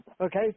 okay